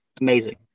amazing